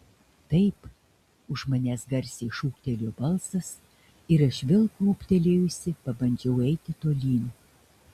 taip už manęs garsiai šūktelėjo balsas ir aš vėl krūptelėjusi pabandžiau eiti tolyn